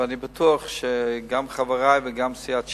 ואני בטוח שגם חברי וגם סיעת ש"ס,